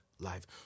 life